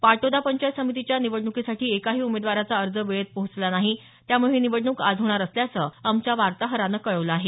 पाटोदा पंचायत समितीच्या निवडण्कीसाठी एकाही उमेदवाराचा अर्ज वेळेत पोहचला नाही त्यामुळे ही निवडणूक आज होणार असल्याचं आमच्या वार्ताहरानं कळवलं आहे